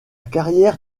carrière